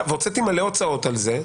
והוצאתי המון הוצאות על זה,